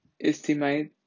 estimate